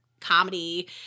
comedy